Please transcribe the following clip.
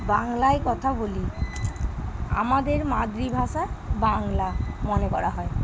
বাংলায় কথা বলি আমাদের মাতৃভাষা বাংলা মনে করা হয়